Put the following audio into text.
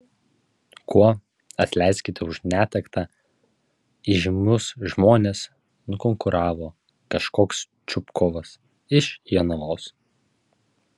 kuo atleiskite už netaktą įžymius žmones nukonkuravo kažkoks čupkovas iš jonavos